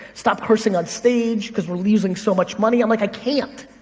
stop cursing on stage, cause we're losing so much money. i'm like, i can't.